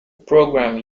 programme